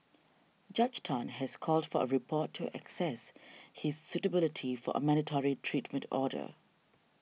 Judge Tan has called for a report to access his suitability for a mandatory treatment order